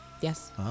Yes